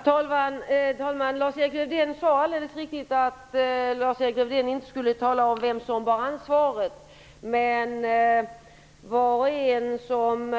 Herr talman! Lars-Erik Lövdén sade alldeles riktigt att han inte skulle tala om vem som bar ansvaret, men var och en som